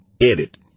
edit